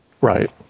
Right